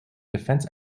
defense